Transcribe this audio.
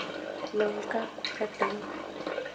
ᱱᱚᱝᱠᱟ ᱠᱟᱛᱤᱧ